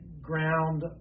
ground